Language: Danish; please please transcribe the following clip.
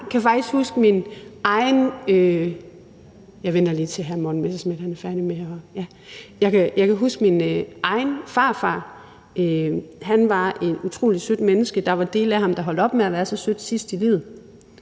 faktisk huske om min egen farfar, der var et utrolig sødt menneske, at han på nogle måder holdt op med at være så sød sidst i livet,